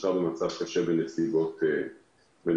והשאר במצב קשה בנסיבות אחרות.